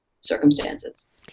circumstances